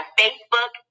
facebook